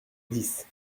dix